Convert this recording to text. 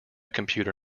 computer